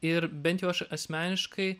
ir bent jau aš asmeniškai